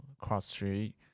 cross-street